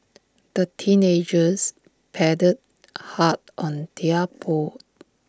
the teenagers paddled hard on their boat